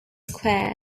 square